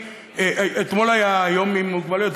אתמול היה יום לאנשים עם מוגבלויות.